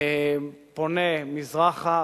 פונה מזרחה,